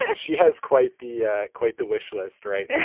and she has quite the ah quite the wish list right. and